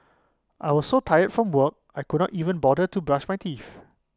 I was so tired from work I could not even bother to brush my teeth